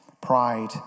Pride